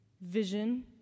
vision